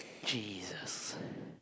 Jesus